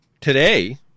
today